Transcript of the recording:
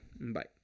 bye